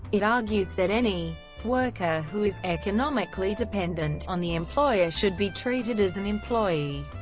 it argues that any worker who is economically dependent on the employer should be treated as an employee.